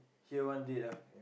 here one dead ah